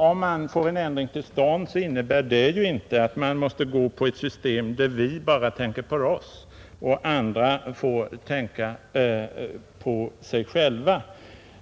Om vi får en ändring till stånd innebär det ju inte att man måste gå på ett system där vi bara tänker på oss och andra får tänka på sig själva.